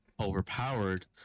overpowered